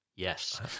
Yes